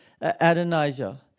Adonijah